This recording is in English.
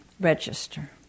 register